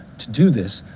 to do this,